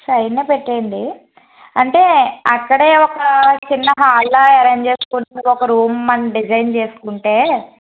సైడ్నే పెట్టేయండి అంటే అక్కడే ఒక చిన్న హాల్లా అరేంజ్ చేసుకుంటే ఒక రూమ్ మనం డిజైన్ చేసుకుంటే